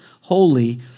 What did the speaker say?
Holy